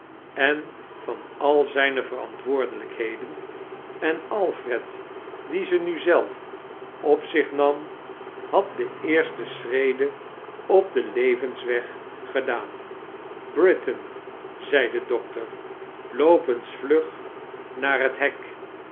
en van al zijne verantwoordelijkheden en alfred die ze nu zelf op zich nam had de eersite sehrede op den levensweg gedaan britain zei de doctor loop eens vlug naar heb hek